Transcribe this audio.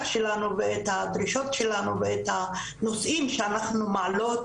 שלנו ואת הדרישות שלנו ואת הנושאים שאנחנו מעלות,